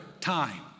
time